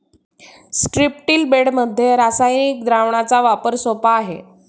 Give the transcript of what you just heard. स्ट्रिप्टील बेडमध्ये रासायनिक द्रावणाचा वापर सोपा आहे